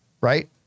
right